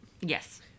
Yes